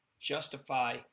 justify